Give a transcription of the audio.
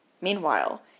Meanwhile